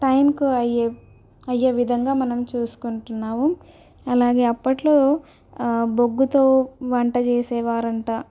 టైంకు అయ్యే అయ్యే విధంగా మనం చూసుకుంటున్నాము అలాగే అప్పట్లో బొగ్గుతో వంట చేసేవారట